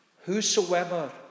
Whosoever